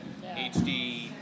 HD